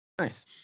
Nice